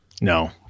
No